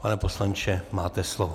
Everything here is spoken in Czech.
Pane poslanče, máte slovo.